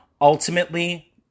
ultimately